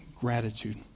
gratitude